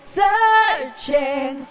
searching